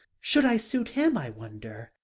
should i suit him, i wonder?